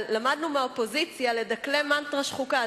למדנו מהאופוזיציה לדקלם מנטרה שחוקה,